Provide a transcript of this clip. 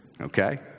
Okay